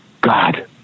God